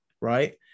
Right